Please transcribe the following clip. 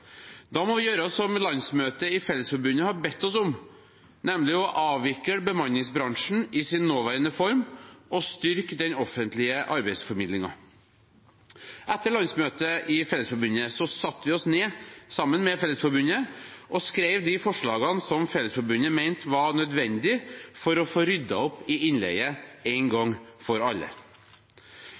Da må vi gjøre som landsmøtet i Fellesforbundet har bedt oss om, nemlig å avvikle bemanningsbransjen i sin nåværende form og styrke den offentlige arbeidsformidlingen. Etter landsmøtet i Fellesforbundet satte vi oss ned sammen med Fellesforbundet og skrev de forslagene som Fellesforbundet mente var nødvendig for å få ryddet opp i innleie en gang for alle.